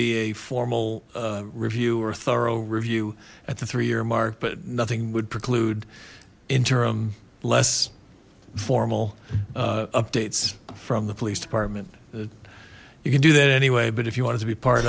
be a formal review or thorough review at the three year mark but nothing would preclude interim less formal updates from the police department you can do that anyway but if you wanted to be part